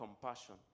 compassion